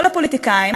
לפוליטיקאים,